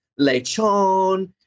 lechon